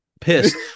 pissed